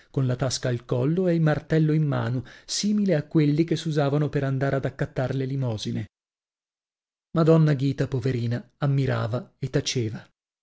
con la tasca al collo e il martello in mano simile a quelli che s'usavano per andar ad accattar le limosine madonna ghita poverina ammirava e taceva